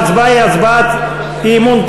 ההצבעה היא הצעת אי-אמון,